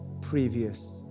previous